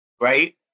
Right